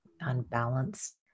unbalanced